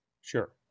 Sure